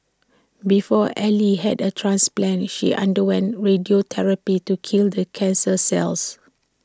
before ally had A transplant she underwent radiotherapy to kill the cancer cells